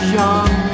young